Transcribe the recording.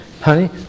Honey